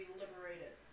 liberated